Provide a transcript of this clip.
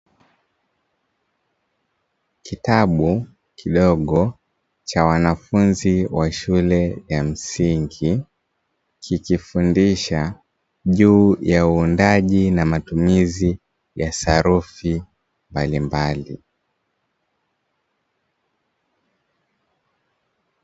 Kitabu kidogo cha wanafunzi wa shule ya msingi kikifundisha juu ya uundaji na matumizi ya sarufi mbalimbali.